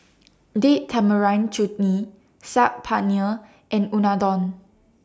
Date Tamarind Chutney Saag Paneer and Unadon